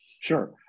Sure